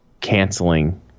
canceling